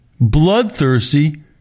bloodthirsty